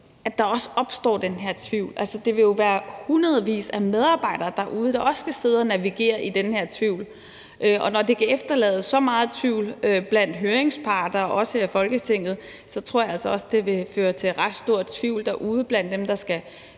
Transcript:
at der også opstår den her tvivl. Altså, der vil jo være hundredvis af medarbejdere derude, der også skal sidde og navigere i den her tvivl, og når det kan efterlade så meget tvivl blandt høringsparter og også her i Folketinget, tror jeg altså også, det vil føre til ret stor tvivl derude blandt dem, der skal